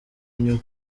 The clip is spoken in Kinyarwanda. inyuma